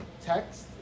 text